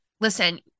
Listen